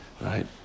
right